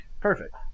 perfect